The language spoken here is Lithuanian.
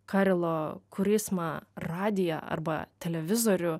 karelo krisma radiją arba televizorių